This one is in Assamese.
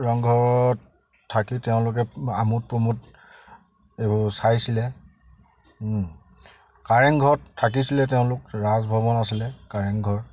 ৰংঘৰত থাকি তেওঁলোকে আমোদ প্ৰমোদ এইবোৰ চাইছিলে কাৰেংঘৰত থাকিছিলে তেওঁলোক ৰাজভৱন আছিলে কাৰেংঘৰ